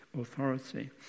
authority